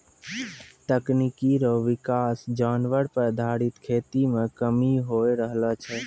तकनीकी रो विकास जानवर पर आधारित खेती मे कमी होय रहलो छै